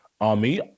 army